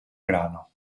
grano